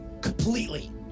completely